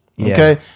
Okay